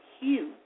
huge